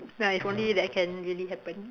like if only that can really happen